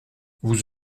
vous